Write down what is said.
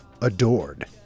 adored